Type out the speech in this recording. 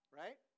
right